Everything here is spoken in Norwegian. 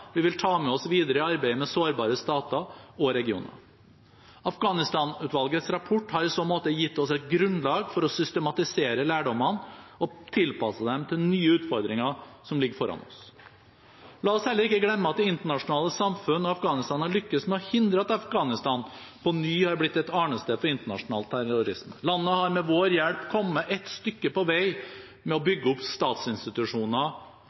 vi vil ta med oss videre i arbeidet med sårbare stater og regioner. Afghanistan-utvalgets rapport har i så måte gitt oss et grunnlag for å systematisere lærdommene og tilpasse dem til nye utfordringer som ligger foran oss. La oss heller ikke glemme at det internasjonale samfunn og Afghanistan har lykkes med å hindre at Afghanistan på ny har blitt et arnested for internasjonal terrorisme. Landet har med vår hjelp kommet et stykke på vei med å